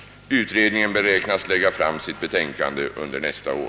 Utredningen beräknas lägga fram sitt betänkande under nästa år.